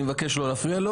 אני מבקש לא להפריע לו.